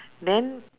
then